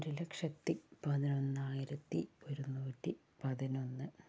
ഒരു ലക്ഷത്തി പതിനൊന്നായിരത്തി ഒരുന്നൂറ്റി പതിനൊന്ന്